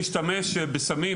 שמשתמש בסמים